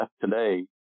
today